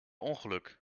ongeluk